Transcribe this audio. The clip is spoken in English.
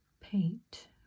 paint